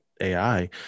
AI